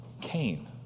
Cain